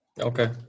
okay